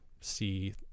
see